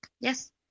yes